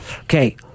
Okay